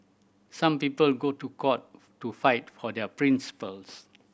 some people go to court to fight for their principles